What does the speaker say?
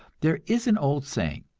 there is an old saying,